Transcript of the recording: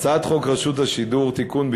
הצעת חוק רשות השידור (תיקון,